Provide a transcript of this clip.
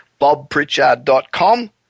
bobpritchard.com